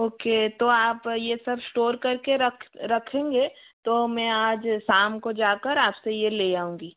okay तो आप ये सब स्टोर कर के रख रखेंगे तो मैं आज शाम को जा कर आप से ये ले आऊँगी